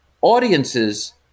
Audiences